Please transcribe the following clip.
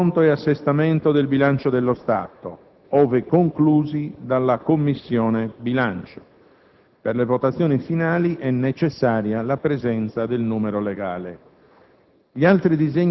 rendiconto e assestamento del bilancio dello Stato, ove conclusi dalla Commissione bilancio. Per le votazioni finali è necessaria la presenza del numero legale.